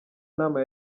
nama